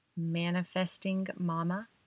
manifestingmama